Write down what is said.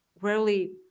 rarely